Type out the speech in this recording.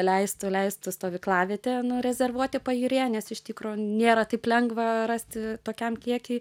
leistų leistų stovyklavietę rezervuoti pajūryje nes iš tikro nėra taip lengva rasti tokiam kiekiui